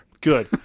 Good